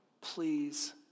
please